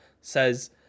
Says—